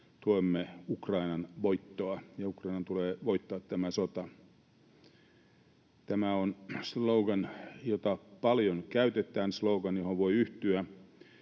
tuemme Ukrainan voittoa ja Ukrainan tulee voittaa tämä sota. Tämä on slogan, jota paljon käytetään, slogan, johon voi yhtyä,